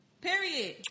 Period